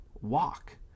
walk